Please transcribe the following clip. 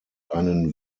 einen